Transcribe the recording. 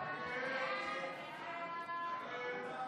יואב קיש ודוד